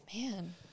Man